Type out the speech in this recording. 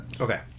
Okay